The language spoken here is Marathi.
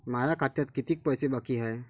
माया खात्यात कितीक पैसे बाकी हाय?